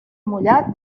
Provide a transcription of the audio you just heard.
mullat